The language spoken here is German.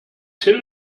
till